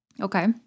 Okay